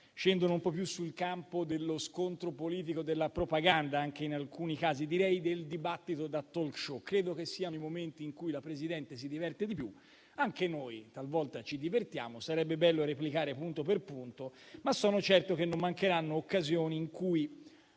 scendono un po' più nel campo dello scontro politico, in alcuni casi anche della propaganda e direi del dibattito da *talk show*. Credo che siano questi i momenti in cui la Presidente si diverte di più e anche noi talvolta ci divertiamo. Sarebbe bello replicare punto per punto, ma sono certo che non mancheranno occasioni in cui